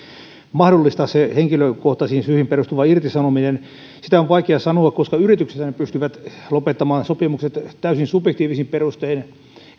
mahdollistaa se henkilökohtaisiin syihin perustuva irtisanominen sitä on vaikea sanoa yrityksethän pystyvät lopettamaan sopimukset täysin subjektiivisin perustein